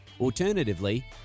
alternatively